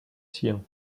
siens